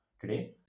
today